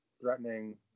threatening